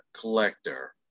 collector